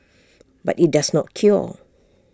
but IT does not cure